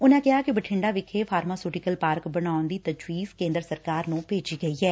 ਉਨਾ ਕਿਹਾ ਕਿ ਬਠਿੰਡਾ ਵਿਖੇ ਫਾਰਮਾ ਸੁਟਿਕਲ ਪਾਰਕ ਬਣਾਉਣ ਦੀ ਤਜਵੀਜ਼ ਕੇਦਰ ਸਰਕਾਰ ਨੰ ਭੇਜੀ ਗਈ ਐ